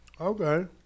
okay